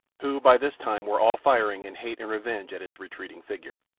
who by this time were all firing in hate and revenge at his retreating figure.